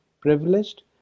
privileged